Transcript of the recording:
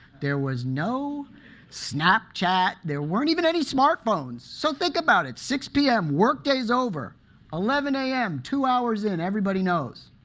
there was no snapchat. there weren't even any smartphones. so think about it. six pm, workday's over eleven am, two hours in, everybody knows.